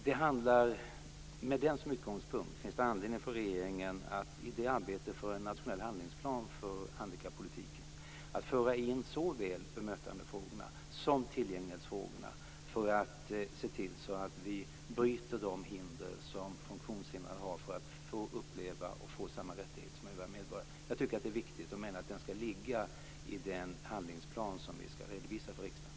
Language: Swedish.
Med denna utredning som utgångspunkt finns det anledning för regeringen att i arbetet för en nationell handlingsplan för handikappolitiken föra in såväl bemötandefrågorna som tillgänglighetsfrågorna - detta för att se till att vi bryter de hinder som finns för funktionshindrade att få samma upplevelser och samma rättigheter som övriga medborgare. Jag tycker att det är viktigt och menar att det skall ligga i den handlingsplan som vi skall redovisa för riksdagen.